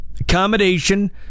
accommodation